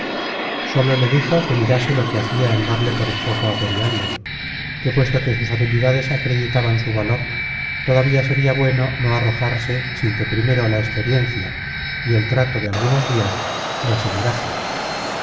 sólo le dijo que mirase lo que hacia en darle por esposo á periandro que puesto que sus habilidades acreditaban su valor todavía seria bueno no arrojarse sin que primero la experiencia y el trato de algunos dias le asegurase